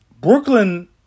Brooklyn –